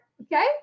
okay